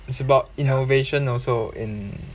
it's about innovation also in